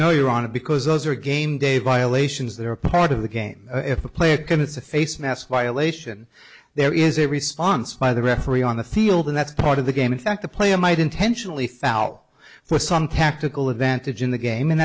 no you're on it because those are game day violations that are part of the game if a player commits a facemask violation there is a response by the referee on the field and that's part of the game in fact the player might intentionally foul for some tactical advantage in the game and